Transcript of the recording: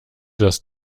das